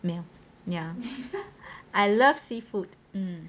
ya I love seafood